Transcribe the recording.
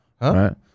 Right